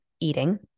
eating